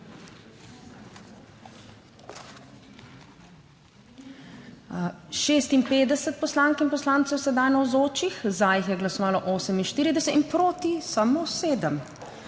56 poslank in poslancev je sedaj navzočih, za jih je glasovalo 48 in proti samo 7.